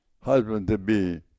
husband-to-be